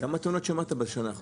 כמה תאונות שמעת בשנה האחרונה?